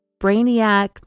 brainiac